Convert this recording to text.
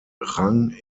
rang